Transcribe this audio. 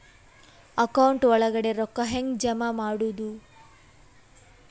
Account ಒಳಗಡೆ ರೊಕ್ಕ ಹೆಂಗ್ ಜಮಾ ಮಾಡುದು?